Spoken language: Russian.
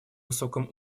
высоком